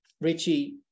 Richie